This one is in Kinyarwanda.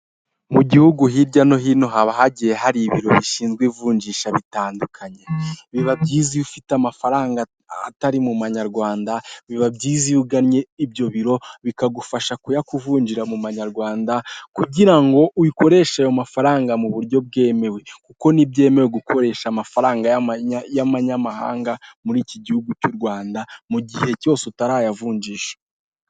Mu gihugu hirya no hino haba hagiye hari ibiro bishinzwe ivunjisha bitandukanye, biba byiza ufite amafaranga atari mumanyarwanda biba byiza iyo uganye ibyo biro bikagufasha kuyakuvunjira mu banyarwanda, kugira ngo uyikoreshe ayo mafaranga mu buryo bwemewe kuko ntibyemewe gukoresha amafaranga y'abanyamahanga muri iki gihugu cy'u Rwanda mu gihe cyose utarayavunjisha.